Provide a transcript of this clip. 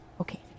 Okay